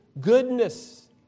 goodness